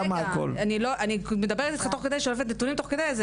רגע אני מדברת איתך תוך כדי שולפת נתונים תוך כדי.